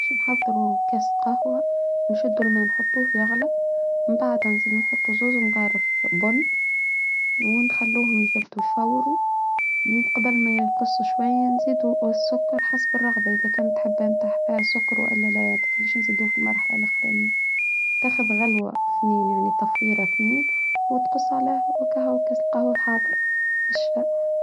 بش نحضروا كاس قهوة نشدو الماء نحطوه في غلى من بعد نزيد نحطو زوز ونغيره في بون ونخلوهم يفتوح فور من قبل ما يقصوا شوية نزيدو السكر حسب الرغبة إذا كانت حبان تحبها سكر أو ألا لا يعدك علشان نزيدوه في المرحلة الأخرى تاخذ غلوة اثنين يعني تفويرها اثنين وتقص عليه وكهوة وكاس القهوة الحاضر